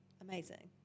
amazing